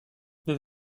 des